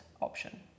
option